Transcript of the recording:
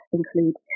include